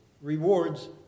rewards